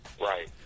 right